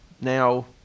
now